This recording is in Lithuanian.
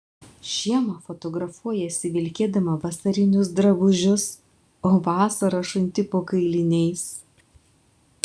žiemą fotografuojiesi vilkėdama vasarinius drabužius o vasarą šunti po kailiniais